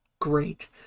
Great